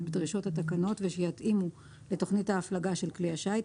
בדרישות התקנות ושיתאימו לתכנית ההפלגה של כלי השיט,